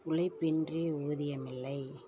உழைப்பின்றி ஊதியமில்லை